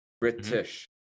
British